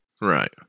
Right